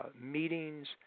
meetings